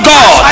God